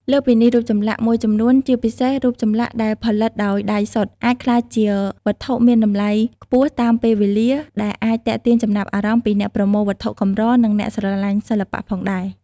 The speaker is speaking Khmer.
លើសពីនេះ រូបចម្លាក់មួយចំនួន ជាពិសេសរូបចម្លាក់ដែលផលិតដោយដៃសុទ្ធ អាចក្លាយជា វត្ថុមានតម្លៃខ្ពស់តាមពេលវេលា ដែលអាចទាក់ទាញចំណាប់អារម្មណ៍ពីអ្នកប្រមូលវត្ថុកម្រ និងអ្នកស្រឡាញ់សិល្បៈផងដែរ។